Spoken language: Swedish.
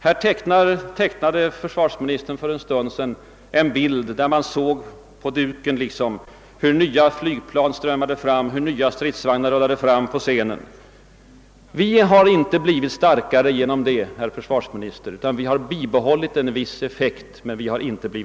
Här tecknade försvarsministern för en stund sedan en scenbild där man på duken liksom såg hur nya flygplan strömmade fram, hur nya stridsvagnar rullade fram på scenen. Vi har inte blivit starkare genom det, herr försvarsminister, utan bara bibehållit vår försvarseffekt.